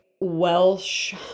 Welsh